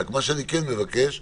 מה שאני כן מבקש,